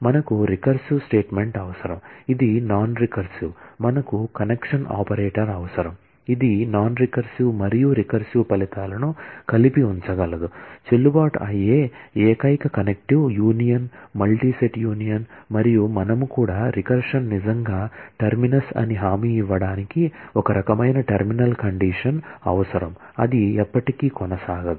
మనకు recursive statement అవసరం ఇది నాన్ రికర్సివ్ మనకు కనెక్షన్ ఆపరేటర్ అవసరం ఇది నాన్ రికర్సివ్ మరియు రికర్సివ్ ఫలితాలను కలిపి ఉంచగలదు చెల్లుబాటు అయ్యే ఏకైక connective union multi set union మరియు మనము కూడా రికర్సన్ నిజంగా టెర్మినస్ అని హామీ ఇవ్వడానికి ఒక రకమైన టెర్మినల్ కండిషన్ అవసరం అది ఎప్పటికీ కొనసాగదు